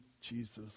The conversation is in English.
Jesus